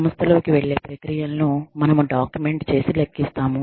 సంస్థలోకి వెళ్లే ప్రక్రియలను మనము డాక్యుమెంట్ చేసి లెక్కిస్తాము